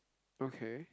okay